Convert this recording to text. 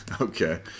Okay